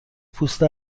پوست